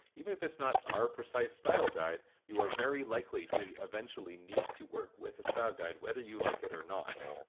even if it's not our precise style guide, you are very likely to eventually need to work with a style guide whether you like it or not!